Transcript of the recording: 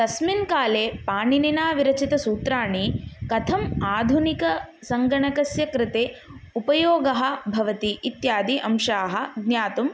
तस्मिन् काले पाणिनिना विरचितसूत्राणि कथम् आधुनिकसङ्गणकस्य कृते उपयोगः भवति इत्यादि अंशाः ज्ञातुं